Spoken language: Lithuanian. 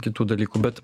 kitų dalykų bet